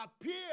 appear